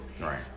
Right